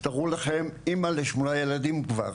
תארו לכם, אמא לשמונה ילדים כבר,